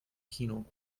kino